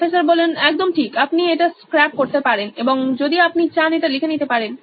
professor একদম ঠিক আপনি এটা স্ক্রাপ করতে পারেন এবং যদি আপনি চান এটা লিখে নিতে পারেন